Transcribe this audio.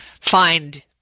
find